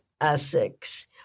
Essex